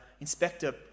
Inspector